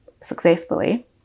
successfully